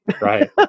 Right